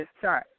Sorry